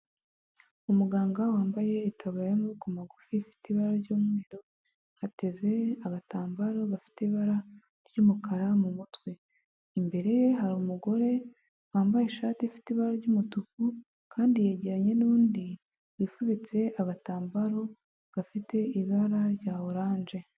Umuganga wambaye itaburiya y'amaboko magufi ifite ibara ry'umweru, ateze agatambaro gafite ibara ry'umukara mu mutwe, imbere ye hari umugore wambaye ishati ifite ibara ry'umutuku, kandi yegeranye nundi wifubitse agatambaro gafite ibara rya oranje.